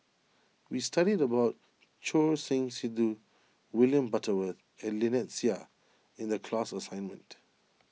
we studied about Choor Singh Sidhu William Butterworth and Lynnette Seah in the class assignment